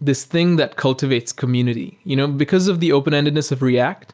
this thing that cultivates community. you know because of the open-endedness of react,